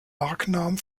markennamen